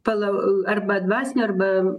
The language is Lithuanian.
palau arba dvasinių arba